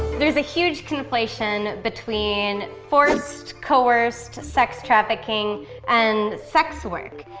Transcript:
there's a huge compilation between forced, coerced sex trafficking and sex work.